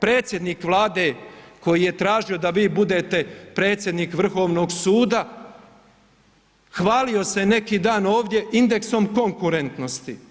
predsjednik Vlade koji je tražio da vi budete predsjednik Vrhovnog suda hvalio se neki dan ovdje indeksom konkurentnosti.